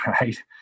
right